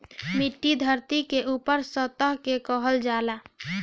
मिट्टी धरती के ऊपरी सतह के कहल जाला